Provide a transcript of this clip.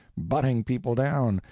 butting people down,